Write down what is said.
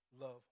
love